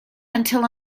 until